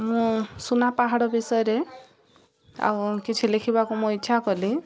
ମୁଁ ସୁନା ପାହାଡ଼ ବିଷୟରେ ଆଉ କିଛି ଲେଖିବାକୁ ମୁଁ ଇଚ୍ଛା କଲି